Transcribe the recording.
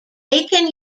aiken